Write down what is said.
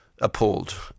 appalled